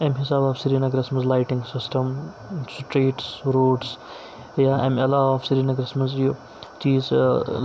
امہِ حِساب آو سرینَگرَس منٛز لایٹِنٛگ سِسٹَم سِٹرٛیٖٹس روڈٕس یا امہِ علاوٕ آو سرینَگرَس منٛز یہِ چیٖز